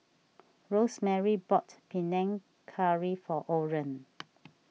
Rosemarie bought Panang Curry for Oren